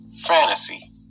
Fantasy